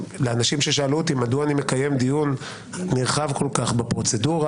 לאנשים ששאלו אותי מדוע אני מקיים דיון נרחב כל כך בפרוצדורה,